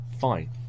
fine